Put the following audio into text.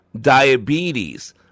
diabetes